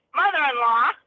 mother-in-law